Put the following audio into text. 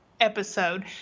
episode